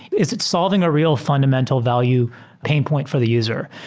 is it's solving a real fundamental value pain point for the user?